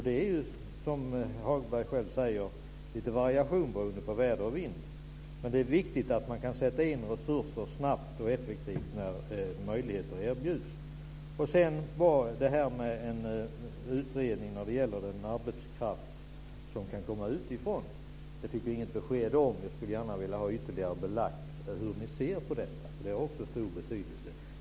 Det är ju, som Hagberg själv säger, lite variation beroende på väder och vind. Det är viktigt att man kan sätta in resurser snabbt och effektivt när möjligheter erbjuds. Sedan fick vi inget besked om utredningen när det gäller den arbetskraft som kan komma utifrån. Jag skulle gärna vilja ha ytterligare belagt hur ni ser på detta. Det har också stor betydelse.